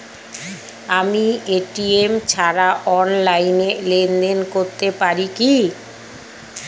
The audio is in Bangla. আমি এ.টি.এম ছাড়া অনলাইনে লেনদেন করতে পারি কি?